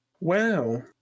Wow